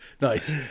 nice